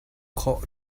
khawh